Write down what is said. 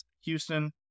Houston